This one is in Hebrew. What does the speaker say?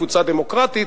קבוצה דמוקרטית,